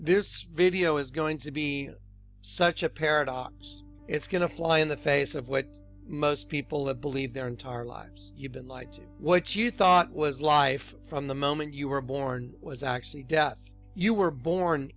this video is going to be such a paradox it's going to fly in the face of what most people have believed their entire lives you've been like what you thought was life from the moment you were born was actually death you were born